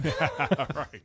Right